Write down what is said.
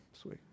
Sweet